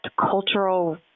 cultural